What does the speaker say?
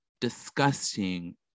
disgusting